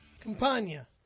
Campania